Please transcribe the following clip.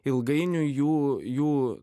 ilgainiui jų jų